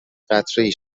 قطرهای